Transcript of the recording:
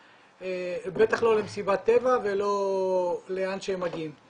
בטח לא למסיבת טבע ולא לאן שהם מגיעים.